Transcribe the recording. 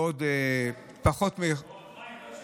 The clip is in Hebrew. בעוד פחות אור החיים.